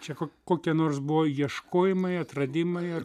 čia ko kokie nors buvo ieškojimai atradimai ar